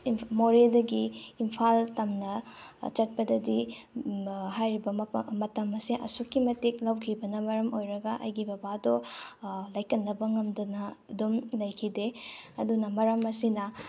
ꯃꯣꯔꯦꯗꯒꯤ ꯏꯝꯐꯥꯜ ꯇꯝꯅ ꯆꯠꯄꯗꯗꯤ ꯍꯥꯏꯔꯤꯕ ꯃꯇꯝ ꯑꯁꯦ ꯑꯁꯨꯛꯀꯤ ꯃꯇꯤꯛ ꯂꯧꯈꯤꯕꯅ ꯃꯔꯝ ꯑꯣꯏꯔꯒ ꯑꯩꯒꯤ ꯕꯕꯥꯗꯣ ꯂꯥꯏꯀꯟꯅꯕ ꯉꯝꯗꯅ ꯑꯗꯨꯝ ꯂꯩꯈꯤꯗꯦ ꯑꯗꯨꯅ ꯃꯔꯝ ꯑꯁꯤꯅ